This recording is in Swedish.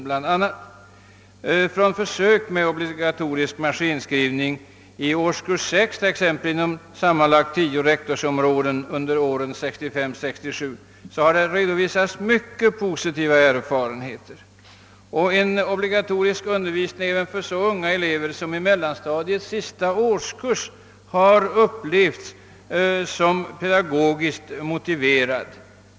Mycket positiva erfarenheter har redovisats från försök med obligatorisk maskinskrivning i årskurs 6 bl.a. inom sammanlagt tio rektorsområden under åren 1965—1967. En obligatorisk undervisning för så unga elever som i mellanstadiets sista årskurs har upplevts som pedagogiskt motiverad.